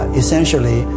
essentially